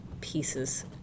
pieces